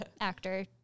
Actor